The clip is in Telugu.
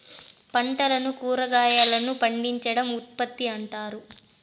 పంటలను కురాగాయలను పండించడం ఉత్పత్తి అంటారు